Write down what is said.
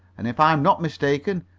and if i'm not mistaken,